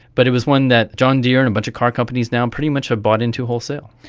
but it was one that john deere and a bunch of car companies now pretty much have bought into wholesale.